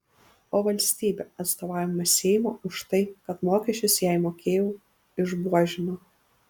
o valstybė atstovaujama seimo už tai kad mokesčius jai mokėjau išbuožino